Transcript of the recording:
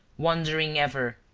wandering ever,